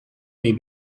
may